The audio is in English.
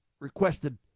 Requested